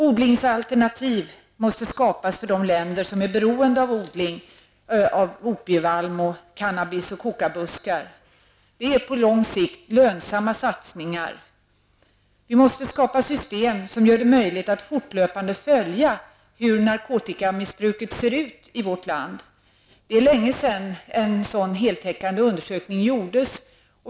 Odlingsalternativ måste skapas för de länder som är beroende av odling av opievalmo, cannabis och kokabuskar. Det är på lång sikt lönsamma satsningen. Vi måste skapa system som gör det möjligt att fortlöpande följa hur narkotikamissbruket ser ut i vårt land. Det är länge sedan en sådan heltäckande undersökning gjordes.